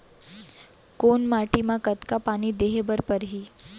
कोन माटी म कतका पानी देहे बर परहि?